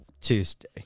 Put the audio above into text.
Tuesday